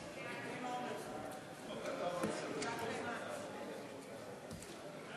להעביר את הצעת חוק המכינות הקדם-צבאיות (תיקון,